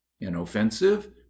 Inoffensive